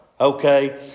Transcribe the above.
Okay